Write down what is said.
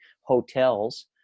hotels